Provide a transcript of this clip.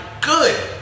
Good